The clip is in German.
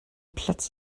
platz